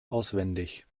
auswendig